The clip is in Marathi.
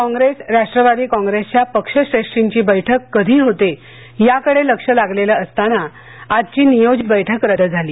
कॉंग्रेस राष्ट्रवादी कॉंग्रेसच्या पक्षश्रेषींची बैठक कधी होते याकडे लक्ष लागलेलं असताना आजची नियोजित बैठक रद्द झाली